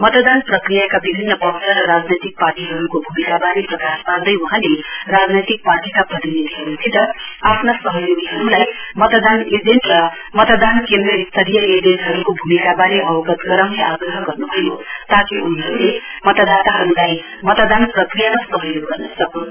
मतदान प्रक्रियाका विभिन्न पक्ष र राजनैतिक पार्टीहरूको भूमिकाबारे प्रकाश पार्दै वहाँले राजनैतिक पार्टीका प्रतिनिधिहरूसित आफ्ना सहयोगीहरूलाई मतदान एजेन्ट र मतदान केन्द्र स्तरीय एजेन्टहरूको भूमिकाबारे अवगत गराउने आग्रह गर्न्भयो ताकि उनीहरूले मतदाताहरूलाई मतदान प्रक्रियामा सहयोग गर्न सक्न्